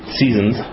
seasons